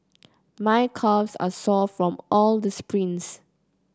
my calves are sore from all the sprints